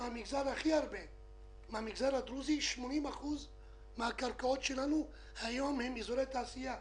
הייתה מן המגזר הדרוזי: 80% מן הקרקעות שלנו הן היום אזורי תעשייה,